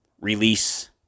release